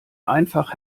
einfach